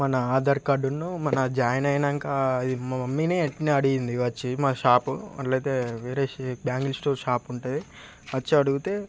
మన ఆధార్ కార్డ్ ఉన్ను మన జాయిన్ అయినాక ఇది మా మమ్మీనే ఎట్నో అడిగింది వచ్చి మా షాపు అట్లయితే వేరే బ్యాంగిల్ స్టోర్ షాప్ ఉంటుంది వచ్చి అడుగుతే